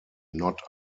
not